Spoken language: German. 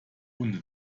unter